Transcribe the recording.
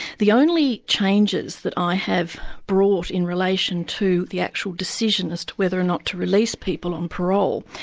the only changes that i have brought in relation to the actual decision as to whether or not to release people on parole,